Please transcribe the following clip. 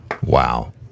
Wow